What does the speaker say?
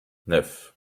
neuf